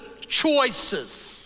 choices